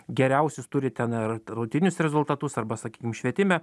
geriausius turi ten ar rotinius rezultatus arba sakykim švietime